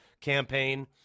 campaign